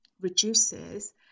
reduces